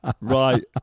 Right